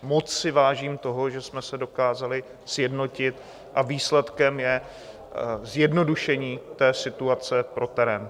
Moc si vážím toho, že jsme se dokázali sjednotit a výsledkem je zjednodušení té situace pro terén.